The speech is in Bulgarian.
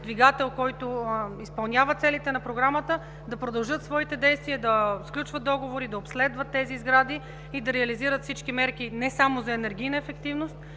двигател, който изпълнява целите на Програмата, да продължат своите действия, да сключват договори, да обследват тези сгради и да реализират всички мерки не само за енергийна ефективност.